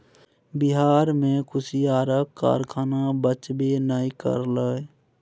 बिहार मे कुसियारक कारखाना बचबे नै करलै